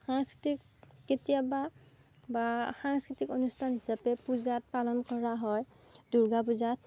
সাংস্কৃতিক কেতিয়াবা বা সাংস্কৃতিক অনুষ্ঠান হিচাপে পূজাত পালন কৰা হয় দূৰ্গা পূজাত